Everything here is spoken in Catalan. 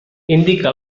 indique